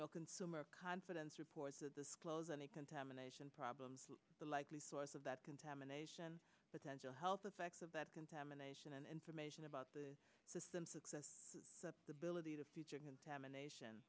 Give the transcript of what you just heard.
consumer confidence reports to disclose any contamination problems the likely source of that contamination potential health effects of that contamination and information about the system success the ability to contamination